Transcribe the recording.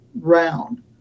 round